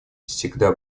всегда